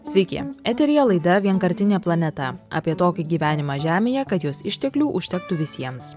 sveiki eteryje laida vienkartinė planeta apie tokį gyvenimą žemėje kad jos išteklių užtektų visiems